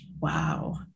Wow